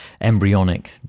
embryonic